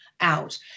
out